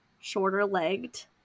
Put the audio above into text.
shorter-legged